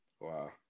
Wow